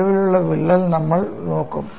നീളമുള്ള വിള്ളൽ നമ്മൾ നോക്കും